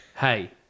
hey